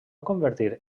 convertir